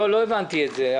לא הבנתי את זה.